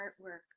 artwork